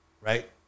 right